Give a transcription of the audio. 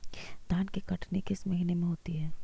धान की कटनी किस महीने में होती है?